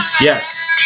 yes